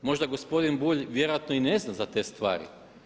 Možda gospodin Bulj vjerojatno i ne zna za te stvari.